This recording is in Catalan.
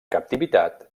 captivitat